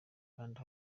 kanda